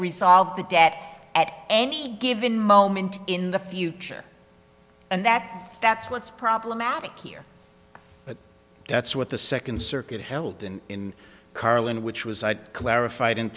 resolve the debt at any given moment in the future and that that's what's problematic here that's what the second circuit held in carlin which was i clarified in